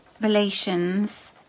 relations